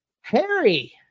Harry